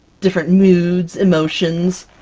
different moods, emotions.